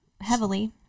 heavily